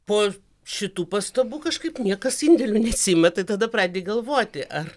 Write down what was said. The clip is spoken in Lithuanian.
po šitų pastabų kažkaip niekas indėlių neatsiima tai tada pradedi galvoti ar